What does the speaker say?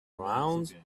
round